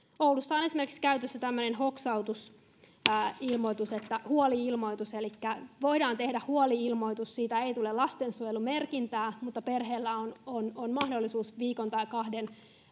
oulussa esimerkiksi on käytössä tämmöinen hoksautusilmoitus huoli ilmoitus elikkä voidaan tehdä huoli ilmoitus siitä ei tule lastensuojelumerkintää mutta perheellä on on mahdollisuus viikon tai kahden